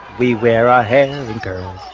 we wear our hands in curls.